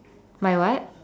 my what